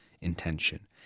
intention